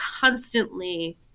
constantly